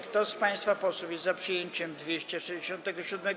Kto z państwa posłów jest za przyjęciem 267.